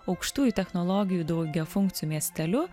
aukštųjų technologijų daugiafunkciu miesteliu